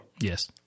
Yes